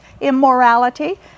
immorality